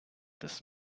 this